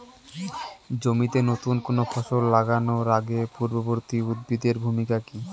জমিতে নুতন কোনো ফসল লাগানোর আগে পূর্ববর্তী উদ্ভিদ এর ভূমিকা কি?